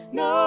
no